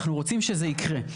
אנחנו רוצים שזה יקרה.